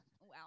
wow